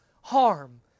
harm